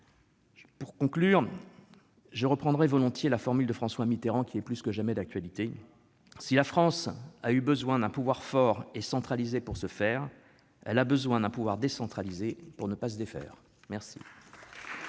Pour conclure, je reprendrai volontiers la formule de François Mitterrand, qui est plus que jamais d'actualité : si « la France a eu besoin d'un pouvoir fort et centralisé pour se faire, elle a besoin d'un pouvoir décentralisé pour ne pas se défaire ».